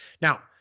Now